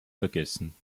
vergessen